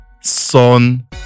Son